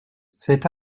cet